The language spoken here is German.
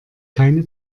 keine